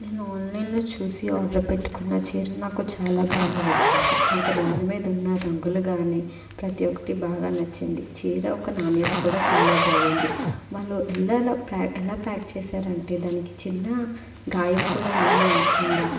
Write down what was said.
నేను ఆన్లైన్లో చూసి ఆర్డర్ పెట్టుకున్న చీర నాకు చాలా బాగా వచ్చింది నాకు దాని మీద ఉన్న రంగులు కానీ ప్రతి ఒక్కటి బాగా నచ్చింది చీర ఒక నాణ్యత కూడా చాలా బాగుంది వాళ్ళు ఎల్లా ఎల ఎలా ప్యాక్ చేసారు అంటే దానికి చిన్న గాయం కూడా ఏమీ అవకుండా